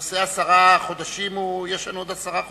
אבל לנושא העשרה חודשים, יש לנו עוד עשרה חודשים.